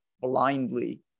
blindly